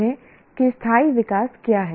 समझें कि स्थायी विकास क्या है